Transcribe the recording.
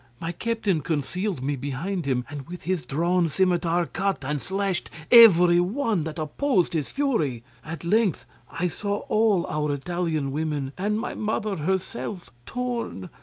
my captain concealed me behind him and with his drawn scimitar cut and slashed every one that opposed his fury. at length i saw all our italian women, and my mother herself, torn,